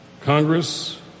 Congress